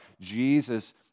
jesus